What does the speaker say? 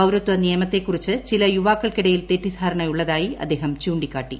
പൌരത്വ നിയമത്തെക്കുറിച്ച് ചില യുവാക്കൾക്കിടയിൽ തെറ്റിദ്ധാരണ ഉള്ളതായി അദ്ദേഹം ചൂിക്കാട്ടി